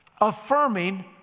affirming